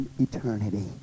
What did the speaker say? eternity